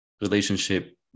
relationship